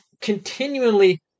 continually